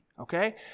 okay